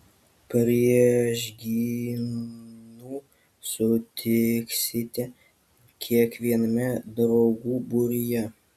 priešgynų sutiksite kiekviename draugų būryje